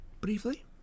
Briefly